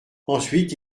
ensuite